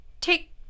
take